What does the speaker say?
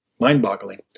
mind-boggling